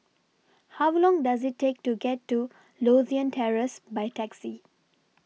How Long Does IT Take to get to Lothian Terrace By Taxi